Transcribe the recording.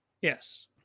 yes